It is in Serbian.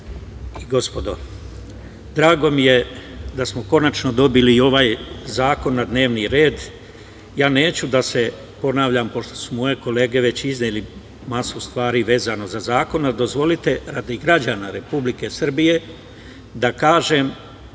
i gospodo, drago mi je da smo konačno dobili i ovaj zakon na dnevni red. Neću da se ponavljam, pošto su moje kolege iznele već masu stvari vezano za zakon, ali dozvolite radi građana Republike Srbije da kažem